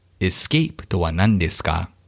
ESCAPEとは何ですか